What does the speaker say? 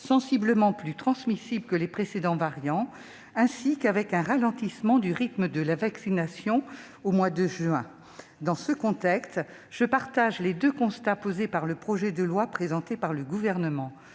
sensiblement plus transmissible que les précédents variants, ainsi qu'avec un ralentissement du rythme de la vaccination au mois de juin dernier. Dans ce contexte, je partage les deux constats posés par le Gouvernement dans son projet